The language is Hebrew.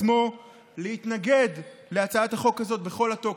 עצמו להתנגד להצעת החוק הזאת בכל התוקף,